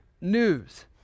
news